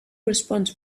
response